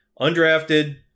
undrafted